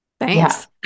thanks